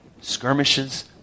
skirmishes